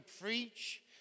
preach